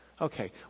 Okay